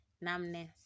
numbness